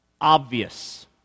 obvious